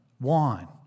wine